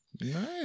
Nice